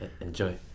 enjoy